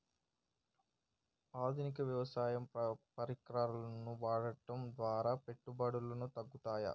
ఆధునిక వ్యవసాయ పరికరాలను వాడటం ద్వారా పెట్టుబడులు తగ్గుతయ?